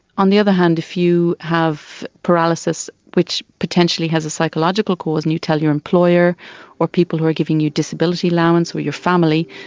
on the other hand, if you have paralysis which potentially has a psychological cause and you tell your employer or people who are giving you disability allowance or your family,